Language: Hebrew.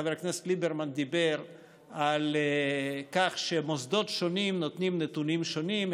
חבר הכנסת ליברמן דיבר על כך שמוסדות שונים נותנים נתונים שונים,